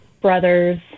brother's